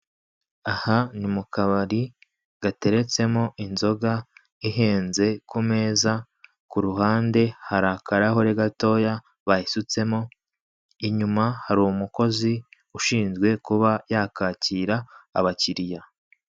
Aha ni mu kabari gateretsemo inzoga ihenze ku meza, ku ruhande hari akarahure gatoya bayisutsemo, inyuma hari umukozi ushinzwe kuba yakakira abakiriya.